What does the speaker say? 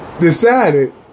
Decided